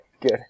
good